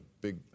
big